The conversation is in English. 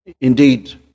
indeed